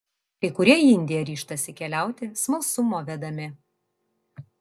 kai kurie į indiją ryžtasi keliauti smalsumo vedami